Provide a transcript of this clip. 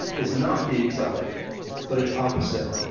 is not the exotic but it's opposite.